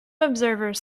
observers